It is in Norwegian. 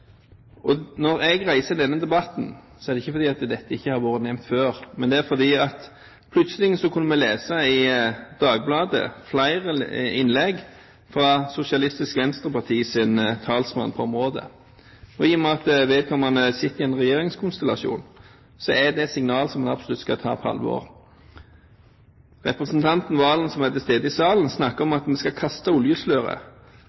Når jeg reiser denne debatten, er det ikke fordi dette ikke har vært nevnt før, men plutselig kunne vi lese i Dagbladet flere innlegg av Sosialistisk Venstrepartis talsmann på området, og i og med at vedkommende sitter i en regjeringskonstellasjon, er det signaler som en absolutt skal ta på alvor. Representanten Serigstad Valen, som er til stede i salen, snakker om